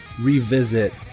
revisit